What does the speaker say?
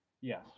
yes